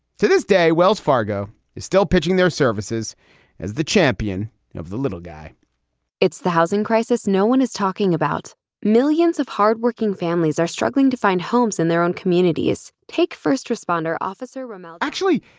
to this day, wells fargo is still pitching their services as the champion of the little guy it's the housing crisis. no one is talking about millions of hardworking families are struggling to find homes in their own communities. take first responder officer ramal actually,